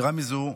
יתרה מזו,